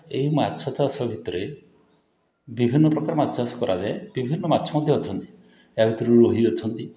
ଏହି ମାଛ ଚାଷ ଭିତରେ ବିଭିନ୍ନ ପ୍ରକାର ମାଛଚାଷ କରାଯାଏ ବିଭିନ୍ନ ମାଛ ମଧ୍ୟ ଅଛନ୍ତି ୟା ଭିତରୁ ରୋହି ଅଛନ୍ତି